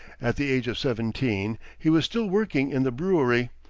at the age of seventeen, he was still working in the brewery,